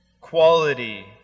quality